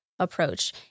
approach